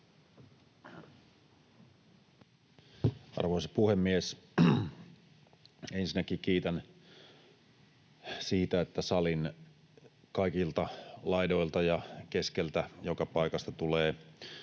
Arvoisa puhemies! Ensinnäkin kiitän siitä, että salin kaikilta laidoilta ja keskeltä, joka paikasta, tulee